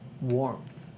Warmth